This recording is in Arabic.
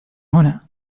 هنا